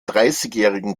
dreißigjährigen